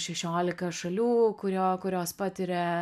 šešiolika šalių kurio kurios patiria